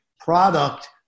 product